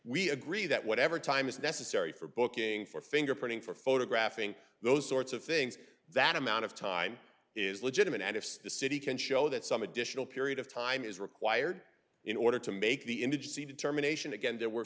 we agree that whatever time is necessary for booking for fingerprinting for photographing those sorts of things that amount of time is legitimate and if the city can show that some additional period of time is required in order to make the see determination again there were